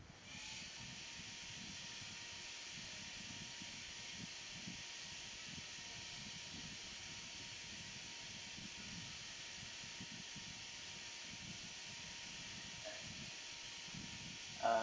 uh